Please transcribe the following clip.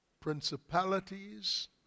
principalities